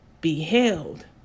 beheld